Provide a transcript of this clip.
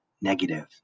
negative